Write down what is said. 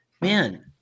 Man